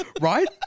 Right